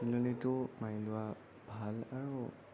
চিলনিটো মাৰি লোৱা ভাল আৰু